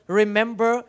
remember